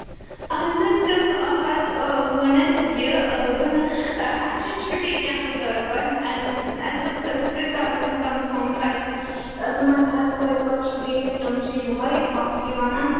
آہَن حظ تٔمۍ حظ ووٚن اسہِ یہِ دوٚپُن اَسہِ چھِ چھُٹی کیٚنٛژو دۅہو پیٚٹھ اس اسہِ دوٚپ أسۍ تہِ کَرو وۅنۍ کَنفٕرٕم تۄہہِ سۭتۍ تِمَن چھِ حظ پٔزۍ پٲٹھۍ چھُٹی کِنہٕ تِم چھِ یِہےَ اَپزُے وَنان